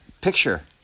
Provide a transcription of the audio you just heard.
picture